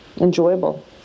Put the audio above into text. enjoyable